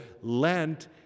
Lent